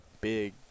big